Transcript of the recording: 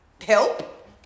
help